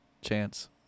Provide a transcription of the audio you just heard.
Chance